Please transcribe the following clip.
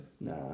Nah